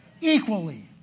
equally